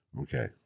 Okay